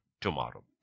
tomorrow